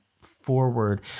forward